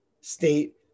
state